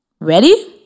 Ready